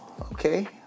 okay